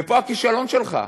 ופה הכישלון שלך.